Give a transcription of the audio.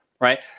right